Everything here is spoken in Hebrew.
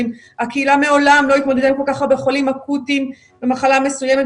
הקהילה מעולם לא התמודדה עם כל כך הרבה חולים אקוטיים במחלה מסוימת,